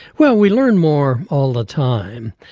well we learn more all the time.